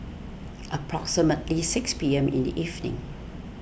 approximately six P M in the evening